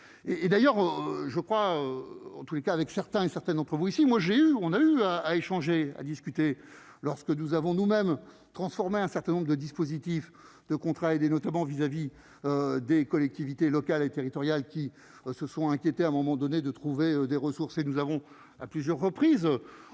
et d'ailleurs je crois en tous les cas avec certains, certains d'entre vous, ici, moi j'ai eu, on a eu à à échanger, à discuter, lorsque nous avons nous-mêmes transformer un certain nombre de dispositifs de contrats aidés, notamment vis-à-vis des collectivités locales et territoriales qui se sont inquiétés, à un moment donné, de trouver des ressources et nous avons à plusieurs reprises